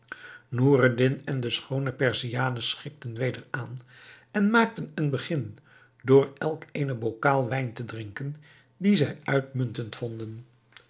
noureddin en de schoone perziane schikten weder aan en maakten een begin door elk eene bokaal wijn te drinken dien zij uitmuntend bevonden